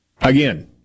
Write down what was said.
Again